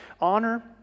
honor